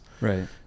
right